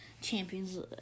Champions